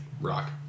Rock